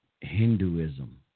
Hinduism